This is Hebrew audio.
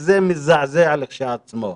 שזה מזעזע לכשעצמו.